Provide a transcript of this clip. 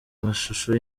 mashusho